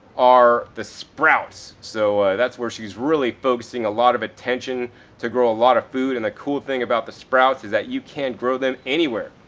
are the sprouts. so that's where she's really focussing a lot of attention to grow a lot of food. and the cool thing about the sprouts is that you can grow them anywhere.